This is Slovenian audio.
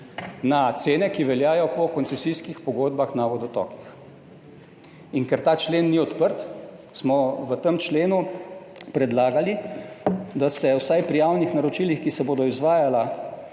na cene, ki veljajo po koncesijskih pogodbah na vodotokih. In ker ta člen ni odprt, smo v tem členu predlagali, da se vsaj pri javnih naročilih, ki se bodo izvajala,